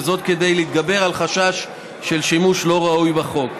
וזאת כדי להתגבר על חשש של שימוש לא ראוי בחוק.